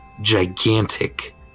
gigantic